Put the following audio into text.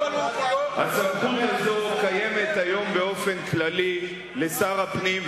הסמכות הזאת קיימת היום באופן כללי לשר הפנים,